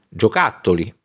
giocattoli